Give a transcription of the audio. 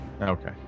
okay